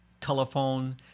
telephone